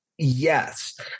Yes